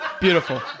Beautiful